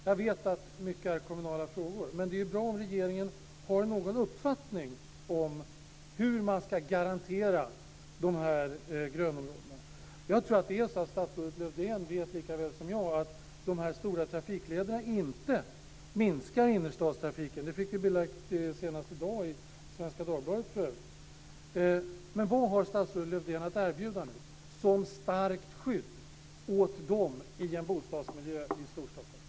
Jag vet att detta till stor del är kommunala frågor, men det vore bra om regeringen hade någon uppfattning om hur man ska kunna garantera skyddet av dessa grönområden. Jag tror att statsrådet Lövdén vet lika väl som jag att de stora trafiklederna inte minskar innerstadstrafiken - det fick vi för övrigt belagt senast i dag i Svenska Dagbladet. Men vad har statsrådet att erbjuda som skydd för dessa grönområden i en bostadsmiljö i Storstockholm?